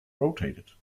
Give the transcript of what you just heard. rotated